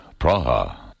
Praha